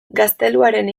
gazteluaren